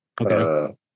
Okay